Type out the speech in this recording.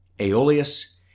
Aeolus